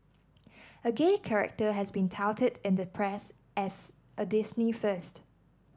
a gay character has been touted in the press as a Disney first